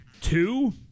two